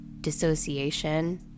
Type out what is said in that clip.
dissociation